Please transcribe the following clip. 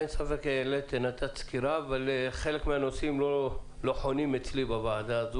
אין ספק שנתת סקירה אבל חלק מהנושאים לא חונים אצלי בוועדה.